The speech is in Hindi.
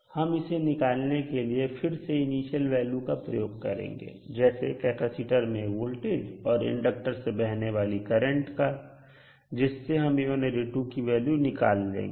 हम इसे निकालने के लिए फिर से इनिशियल वैल्यू का प्रयोग करेंगे जैसे कैपेसिटर में वोल्टेज और इंडक्टर से बहने वाली करंट का जिससे हम A1 और A2 की वैल्यू निकाल लेंगे